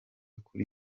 kuri